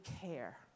care